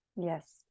yes